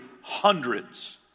hundreds